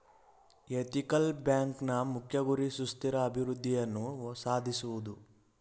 ethical ಬ್ಯಾಂಕ್ನ ಮುಖ್ಯ ಗುರಿ ಸುಸ್ಥಿರ ಅಭಿವೃದ್ಧಿಯನ್ನು ಸಾಧಿಸುವುದು